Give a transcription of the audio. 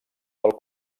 del